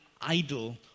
idol